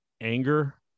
anger